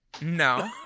No